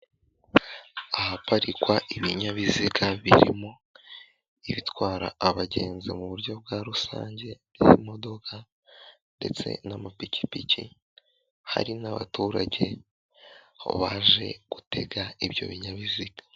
Ahaparikwa ibinyabiziga birimo ibitwara abagenzi mu buryo bwa rusange bw'modoka ndetse n'amapikipiki hari n'abaturage, baje gutega ibyo binyabiziga.